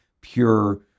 pure